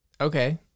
Okay